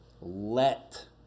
let